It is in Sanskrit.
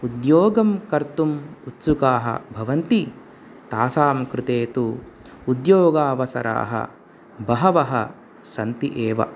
उद्योगं कर्तुम् उत्सुकाः भवन्ति तासां कृते तु उद्योगावसराः बहवः सन्ति एव